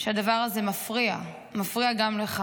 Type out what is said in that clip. שהדבר הזה מפריע, מפריע גם לך,